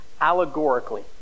allegorically